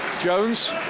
Jones